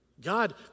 God